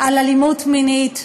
על אלימות מינית,